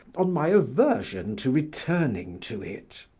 on my aversion to returning to it.